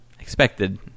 expected